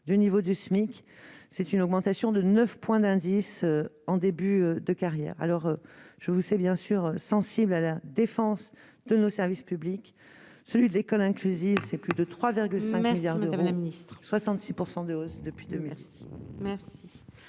du niveau du SMIC c'est une augmentation de 9 points d'indice en début de carrière, alors je vous savez bien sûr sensible à la défense de nos services publics, celui de l'école inclusive, c'est plus de 3,5 milliards de madame la Ministre, 66 % de hausse depuis 2000.